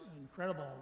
incredible